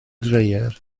dreier